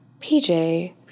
PJ